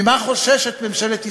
ממה חוששת ממשלת ישראל?